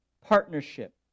partnership